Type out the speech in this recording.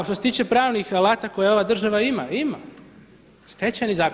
Što se tiče pravnih alata koje ova država ima, ima Stečajni zakon.